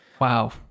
Wow